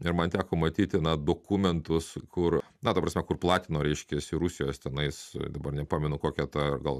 ir man teko matyti na dokumentus kur na ta prasme kur platino reiškiasi rusijos tenais dabar nepamenu kokia ta gal